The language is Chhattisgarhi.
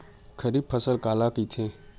खरीफ फसल काला कहिथे?